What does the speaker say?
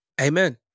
Amen